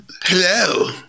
Hello